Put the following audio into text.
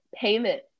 payment